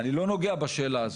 אני לא נוגע בשאלה הזו,